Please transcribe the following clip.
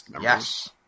Yes